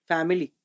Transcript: Family